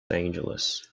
angeles